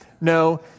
No